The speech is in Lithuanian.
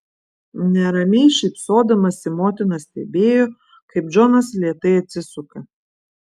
neramiai šypsodamasi motina stebėjo kaip džonas lėtai atsisuka